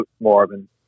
Marvin